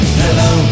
hello